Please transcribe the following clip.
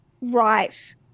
right